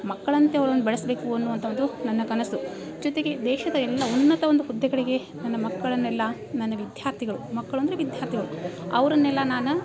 ಮಕ್ಕಳಂತೆ ಅವ್ರನ್ನು ಬೆಳೆಸಬೇಕು ಅನ್ನುವಂಥ ಒಂದು ನನ್ನ ಕನಸು ಜೊತೆಗೆ ದೇಶದ ಎಲ್ಲ ಉನ್ನತ ಒಂದು ಹುದ್ದೆಗಳಿಗೆ ನನ್ನ ಮಕ್ಕಳನ್ನೆಲ್ಲ ನನ್ನ ವಿದ್ಯಾರ್ಥಿಗಳು ಮಕ್ಕಳಂದರೆ ವಿದ್ಯಾರ್ಥಿಗಳು ಅವರನ್ನೆಲ್ಲ ನಾನು